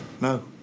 No